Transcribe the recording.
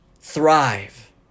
thrive